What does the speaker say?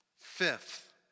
Fifth